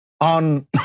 on